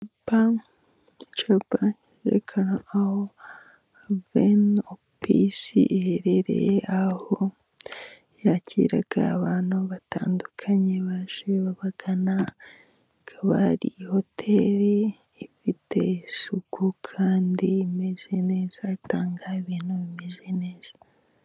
Icyapa cyerekana aho veni opisi iherereye, aho yakira abantu batandukanye baje bayigana, akaba ari hoteri ifite isuku kandi imeze neza, itanga ibintu bimeze neza.